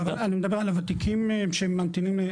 אני מדבר על הוותיקים שהם ממתינים,